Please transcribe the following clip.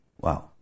Wow